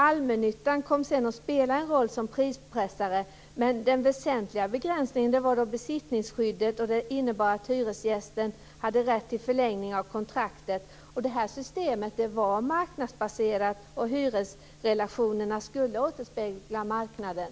Allmännyttan kom sedan att spela en roll som prispressare, men den väsentliga begränsningen var besittningsskyddet, som innebar att hyresgästen hade rätt till förlängning av kontraktet. Det här systemet var marknadsbaserat, och hyresrelationerna skulle återspegla marknaden.